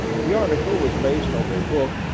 the article was based on their book,